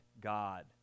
God